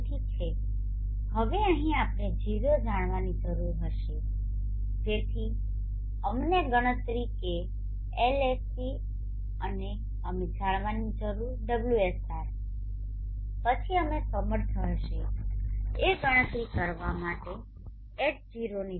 તેથી છે હવે અહીં આપણે K જાણવાની જરૂર હશે જેથી અમને ગણતરી k Lsc અને અમે જાણવાની જરૂર ωsr પછી અમે સમર્થ હશે એ ગણતરી કરવા માટે H0 ની